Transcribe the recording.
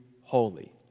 holy